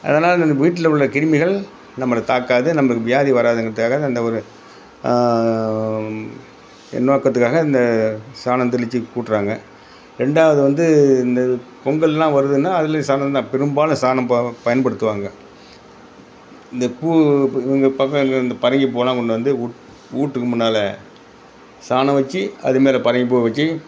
அதனால் இந்த இப்போ வீட்டில் உள்ள கிருமிகள் நம்மளை தாக்காது நம்மளுக்கு வியாதி வராதுங்கிறதுக்காக அந்த ஒரு நோக்கத்துக்காக இந்த சாணம் தெளித்து கூட்டுறாங்க ரெண்டாவது வந்து இந்த பொங்கல்லாம் வருதுன்னா அதுலேயும் சாணம் தான் பெரும்பாலும் சாணம் ப பயன்படுத்துவாங்க இந்த பூ இப்போ இந்த பக்கம் இருக்கிற இந்த பரங்கிப்பூலாம் கொண்டு வந்து வீட்டுக்கு முன்னால் சாணம் வச்சி அது மேலே பரங்கிப்பூவை வச்சி